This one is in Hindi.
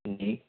जी